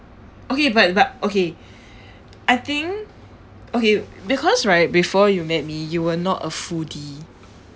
okay but but okay I think okay because right before you met me you were not a foodie